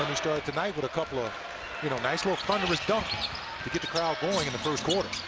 started tonight with a couple of you know nice little thunderous dunks to get the crowd going in the first quarter.